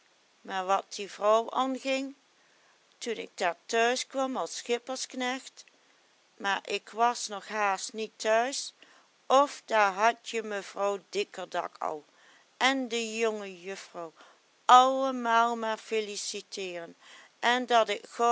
maar wat die vrouw anging toen ik daar thuiskwam als schippersknecht maar ik was nog haast niet thuis of daar had je mevrouw dikkerdak al en de jongejuffrouw allemaal maar filiciteeren en dat ik